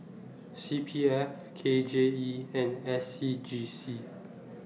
C P F K J E and S C G C